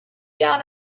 down